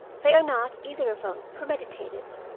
they are not, either of them, premeditated.